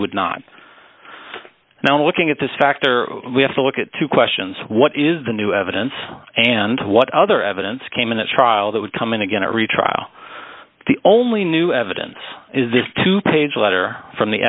would not now looking at this factor we have to look at two questions what is the new evidence and what other evidence came in a trial that would come in again every trial the only new evidence is this two page letter from the